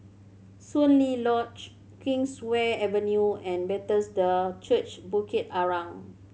Soon Lee Lodge Kingswear Avenue and Bethesda Church Bukit Arang